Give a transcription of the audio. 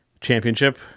Championship